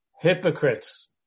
Hypocrites